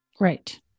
right